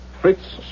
Fritz